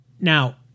Now